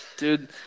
Dude